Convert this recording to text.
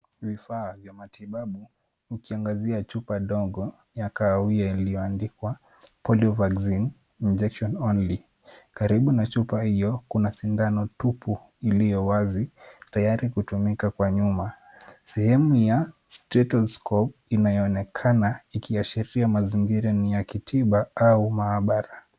Vifaa vya matibabu vikiangazia chupa ndogo ya kahawia iliyoandikwa polio vaccine injection only . Karibu na chupa hio, kuna sindano tupu iliyo wazi tayari kutumika kwa nyuma. Sehemu ya stethoscope inaonekana ikiashiria mazingira ni ya kitiba au mahabara.